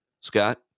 scott